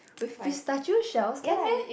with pistachio shells can meh